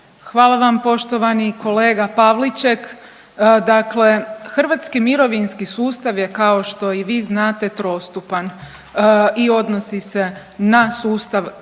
Hvala vam poštovani kolega Pavliček, dakle hrvatski mirovinski sustav je kao što i vi znate trostupan i odnosi se na sustav